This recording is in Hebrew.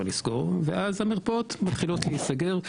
לסגור מחלקה ואז המרפאות מתחילות להיסגר,